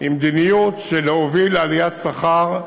היא מדיניות של להוביל לעליית שכר,